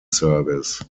service